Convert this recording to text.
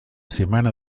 semana